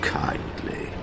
kindly